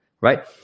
right